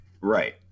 Right